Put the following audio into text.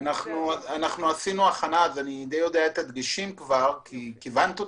אני יודע את הדגשים כי כיוונת אותי,